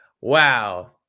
Wow